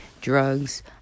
drugs